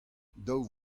daou